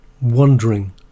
wandering